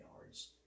yards